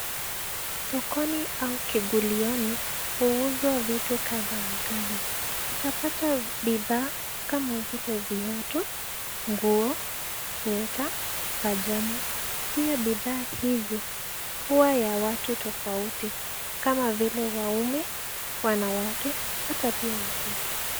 Sokoni au kigulioni, huuzwa vitu kadha wa kadha, utapata bidhaa, kama vile viatu, nguo, sweater, pajama , pia bidhaa hizi huwa ya watu tofauti, kama vile waume, wanawake, hata pia watoto.